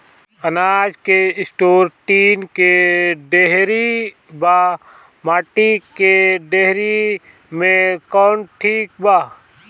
अनाज के store tin के डेहरी व माटी के डेहरी मे कवन ठीक बा?